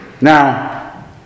Now